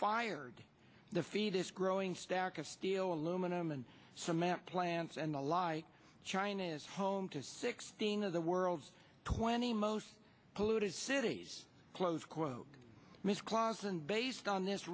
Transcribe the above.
fired the fetus growing stack of steel aluminum and cement plants and ally china is home to sixteen of the world's twenty most polluted cities close quote mr clawson based on this